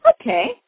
Okay